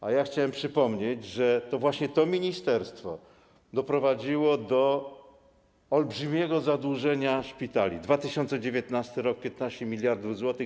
A ja chciałem przypomnieć, że właśnie to ministerstwo doprowadziło do olbrzymiego zadłużenia szpitali, w 2019 r. było to 15 mld zł.